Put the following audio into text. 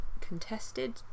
contested